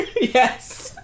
Yes